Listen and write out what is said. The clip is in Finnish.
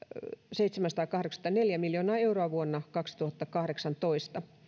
seitsemänsataakahdeksankymmentäneljä miljoonaa euroa vuonna kaksituhattakahdeksantoista